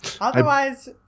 Otherwise